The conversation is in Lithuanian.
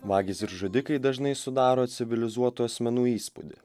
vagys ir žudikai dažnai sudaro civilizuotų asmenų įspūdį